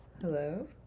Hello